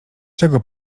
czego